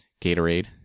Gatorade